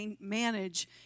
manage